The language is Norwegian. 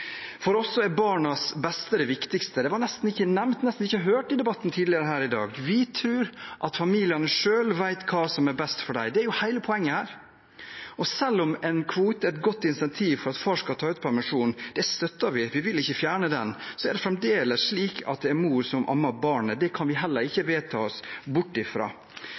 For oss er barnas beste det viktigste; det ble nesten ikke nevnt, nesten ikke hørt, i debatten tidligere i dag. Vi tror at familiene selv vet hva som er best for dem. Det er jo hele poenget. Selv om en kvote er et godt insentiv for at far skal ta ut permisjon – det støtter vi, vi vil ikke fjerne den – er det fremdeles slik at det er mor som ammer barnet. Det kan vi heller ikke vedta oss bort